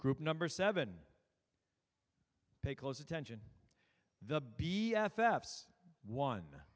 group number seven pay close attention the b f s one